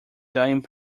dying